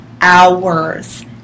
hours